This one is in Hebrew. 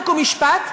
חוק ומשפט,